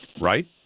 right